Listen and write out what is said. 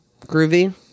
Groovy